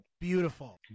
Beautiful